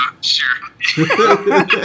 sure